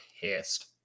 pissed